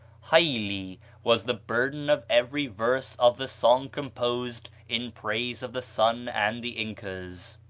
haylli was the burden of every verse of the song composed in praise of the sun and the incas.